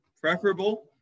preferable